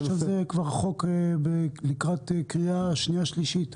יש הצעת חוק לקראת קריאה שנייה ושלישית.